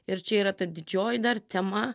ir čia yra ta didžioji dar tema